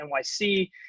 NYC